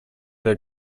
der